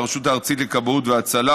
מהרשות הארצית לכבאות והצלה,